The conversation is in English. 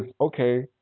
okay